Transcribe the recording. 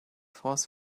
force